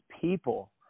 people